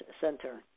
center